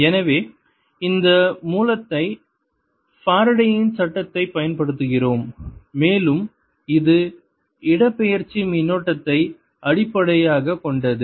எனவே இந்த மூலத்தை ஃபாரடேயின்Faradays சட்டத்தைப் பயன்படுத்துகிறோம் மேலும் இது இடப்பெயர்ச்சி மின்னோட்டத்தை அடிப்படையாகக் கொண்டது